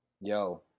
Yo